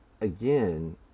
again